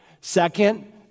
Second